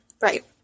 Right